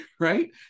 right